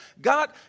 God